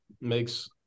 makes